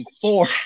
four